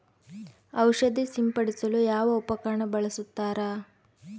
ಔಷಧಿ ಸಿಂಪಡಿಸಲು ಯಾವ ಉಪಕರಣ ಬಳಸುತ್ತಾರೆ?